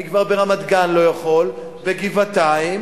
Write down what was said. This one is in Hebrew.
אני ברמת-גן כבר לא יכול, בגבעתיים,